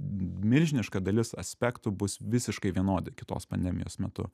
milžiniška dalis aspektų bus visiškai vienodi kitos pandemijos metu